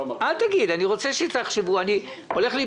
אני רוצה שתחשבו.